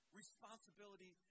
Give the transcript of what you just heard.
responsibility